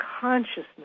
consciousness